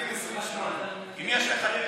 מתחת לגיל 28. אם יש לך ילד.